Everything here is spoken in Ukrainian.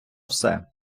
все